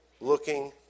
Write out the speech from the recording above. Looking